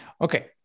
Okay